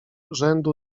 rzędu